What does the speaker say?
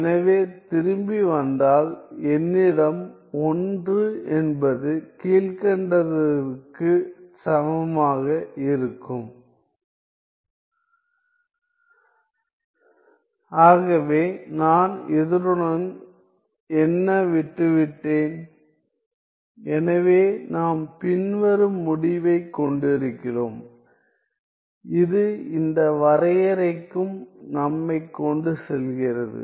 எனவே திரும்பி வந்தால் என்னிடம் 1 என்பது கீழ்க்கண்டதற்குச் சமமாக இருக்கும் ஆகவே நான் இதனுடன் என்ன விட்டுவிட்டேன் எனவே நாம் பின்வரும் முடிவைக் கொண்டிருக்கிறோம் இது இந்த வரையறைக்கும் நம்மை கொண்டுச் செல்கிறது